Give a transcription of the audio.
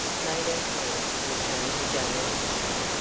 made her home with major dale's sister,